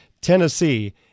Tennessee